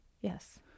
Yes